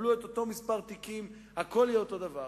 תקבלו את אותו מספר תיקים, הכול יהיה אותו הדבר.